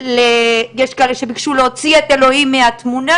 יש כאלה שביקשו להוציא את אלוהים מהתמונה,